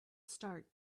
start